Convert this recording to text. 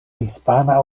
hispana